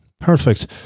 Perfect